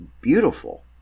beautiful